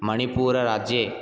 मणिपूरराज्ये